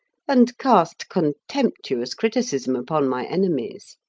and cast contemptuous criticism upon my enemies.